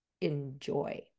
enjoy